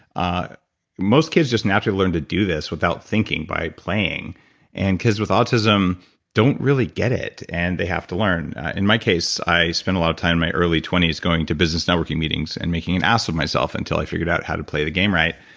ah most kids just naturally learn to do this without thinking, by playing and kids with autism don't really get it, and they have to learn in my case, i spent a lot of time in my early twenty s going to business networking meetings and making an ass of myself, until i figured out how to play the game right,